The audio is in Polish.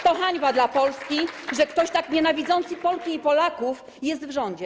To hańba dla Polski, że ktoś tak nienawidzący Polki i Polaków jest w rządzie.